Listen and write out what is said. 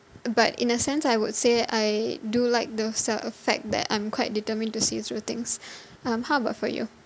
but in a sense I would say I do like those uh fact that I'm quite determined to see through things um how about for you